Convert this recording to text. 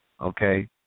Okay